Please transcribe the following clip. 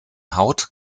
haut